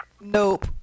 Nope